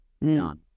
none